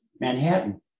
Manhattan